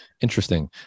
Interesting